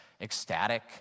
ecstatic